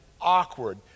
awkward